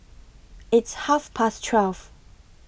its Half Past twelve